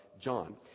john